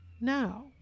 now